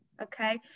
Okay